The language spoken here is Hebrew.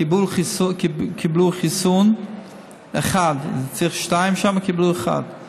קיבלו חיסון אחד, צריך שניים והם קיבלו אחד.